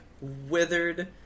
withered